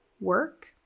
Work